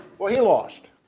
well he lost.